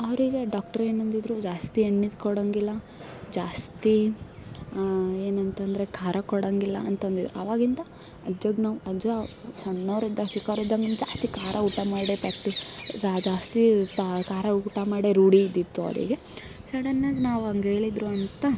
ಅವರಿಗೆ ಡಾಕ್ಟ್ರ್ ಏನಂದಿದ್ದರು ಜಾಸ್ತಿ ಎಣ್ಣೆದು ಕೊಡೋಂಗಿಲ್ಲ ಜಾಸ್ತಿ ಏನಂತ ಅಂದ್ರೆ ಖಾರ ಕೊಡೋಂಗಿಲ್ಲ ಅಂತಂದಿದ್ರೆ ಅವಾಗಿಂದ ಅಜ್ಜಗೆ ನಾವು ಅಜ್ಜ ಸಣ್ಣವ್ರಿದ್ದಾಗ ಚಿಕ್ಕವ್ರಿದ್ದಾಗ ನೀನು ಜಾಸ್ತಿ ಖಾರ ಊಟ ಮಾಡೇ ಜಾಸ್ತಿ ಪಾ ಖಾರ ಊಟ ಮಾಡಿಯೇ ರೂಢಿ ಇದ್ದಿತ್ತು ಅವರಿಗೆ ಸಡನ್ನಾಗಿ ನಾವು ಹಂಗೆ ಹೇಳಿದ್ರು ಅಂತ